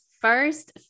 first